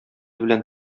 белән